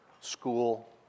school